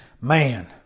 Man